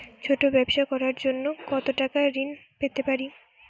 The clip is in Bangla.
ছোট ব্যাবসা করার জন্য কতো টাকা ঋন পেতে পারি?